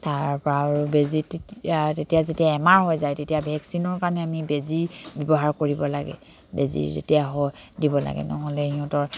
তাৰপৰা আৰু বেজী তেতিয়া তেতিয়া যেতিয়া এমাৰ হৈ যায় তেতিয়া ভেকচিনৰ কাৰণে আমি বেজী ব্যৱহাৰ কৰিব লাগে বেজী যেতিয়া হয় দিব লাগে নহ'লে সিহঁতৰ